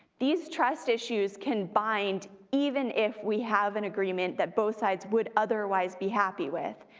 these trust issues can bind even if we have an agreement that both sides would otherwise be happy with,